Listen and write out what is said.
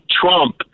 Trump